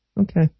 okay